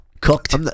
Cooked